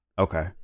Okay